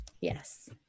yes